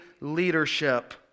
leadership